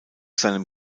seinem